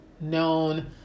known